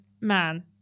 Man